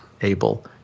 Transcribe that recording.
able